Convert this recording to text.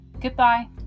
Goodbye